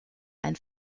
einen